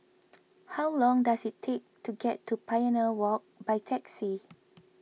how long does it take to get to Pioneer Walk by taxi